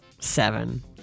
seven